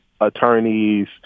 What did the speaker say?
attorneys